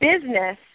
business